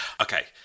Okay